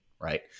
right